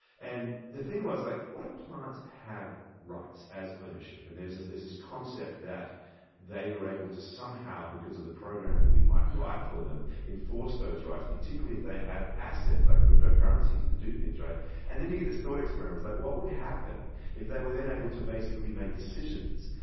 and the thing was, like what if plants have rights as ownership? and there's this there's this concept that they are able to somehow, because of the programs that we might write for them, enforce those rights, particularly if they have assets, like cryptocurrencies to do things. and then you get this thought experiment. like what would happen if they were then able to basically make decisions?